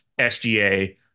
SGA